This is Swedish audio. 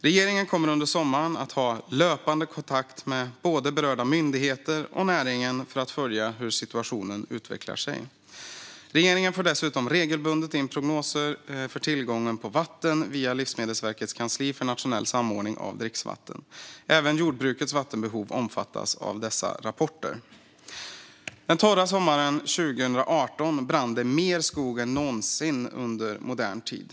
Regeringen kommer under sommaren att ha löpande kontakt med både berörda myndigheter och näringen för att följa hur situationen utvecklar sig. Regeringen får dessutom regelbundet in prognoser för tillgången på vatten via Livsmedelsverkets kansli för nationell samordning av dricksvatten. Även jordbrukets vattenbehov omfattas av dessa rapporter. Den torra sommaren 2018 brann det mer skog än någonsin under modern tid.